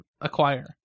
acquire